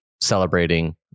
celebrating